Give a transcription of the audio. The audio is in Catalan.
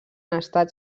estat